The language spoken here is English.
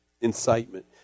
incitement